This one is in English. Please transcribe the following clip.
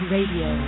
Radio